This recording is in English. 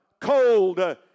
cold